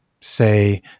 say